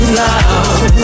love